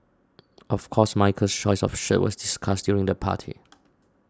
of course Michael's choice of shirt was discussed during the party